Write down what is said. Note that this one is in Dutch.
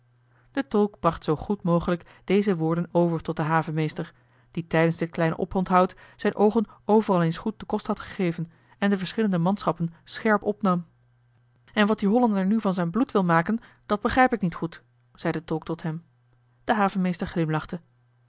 de tolk bracht zoo goed mogelijk deze woorden over tot den havenmeester die tijdens dit kleine oponthoud zijn oogen overal eens goed den kost had gegeven en de verschillende manschappen scherp opnam en wat die hollander nu van zijn bloed wil maken dat begrijp ik niet goed zei de tolk tot hem de havenmeester glimlachte